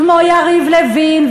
כמו יריב לוין,